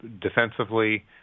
Defensively